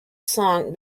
song